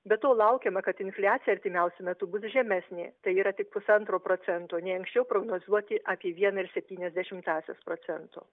be to laukiama kad infliacija artimiausiu metu bus žemesnė tai yra tik pusantro procento nei anksčiau prognozuoti apie vieną ir septynias dešimtąsias procento